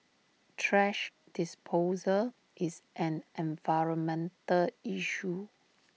thrash disposal is an environmental issue